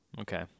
Okay